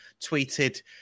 tweeted